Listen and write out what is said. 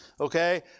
okay